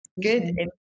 good